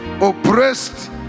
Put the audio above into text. oppressed